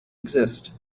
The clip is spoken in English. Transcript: exist